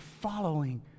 following